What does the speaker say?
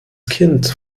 kind